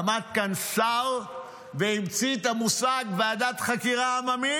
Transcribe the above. עמד כאן שר והמציא את המושג "ועדת חקירה עממית".